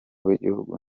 w’igihugu